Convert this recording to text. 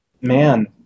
Man